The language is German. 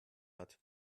hat